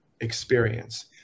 experience